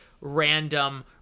random